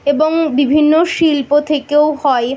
এবং বিভিন্ন শিল্প থেকেও হয়